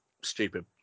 Stupid